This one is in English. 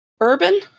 Urban